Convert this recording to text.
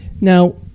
Now